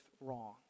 wrong